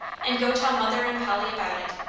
and go tell mother and polly about it.